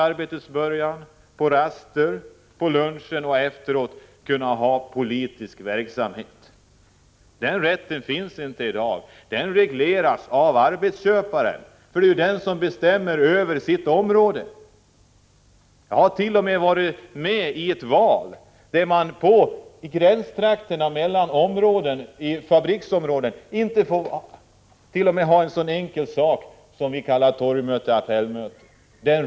Före arbetets början, på raster, på lunchen och efter arbetet skall man kunna ha politisk verksamhet. Den rätten finns inte i dag. Det regleras av arbetsköparen, för det är ju denne som bestämmer över sitt område. Jag hart.o.m. varit med i en valrörelse där man i gränstrakterna mellan olika fabriksområden inte ens fick ha en så enkel sak som det vi kallar torgmöte eller appellmöte.